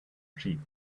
sheep